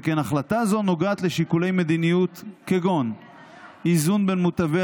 שכן החלטה זו נוגעת לשיקולי מדיניות כגון איזון בין מוטבי